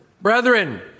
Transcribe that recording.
Brethren